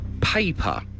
Paper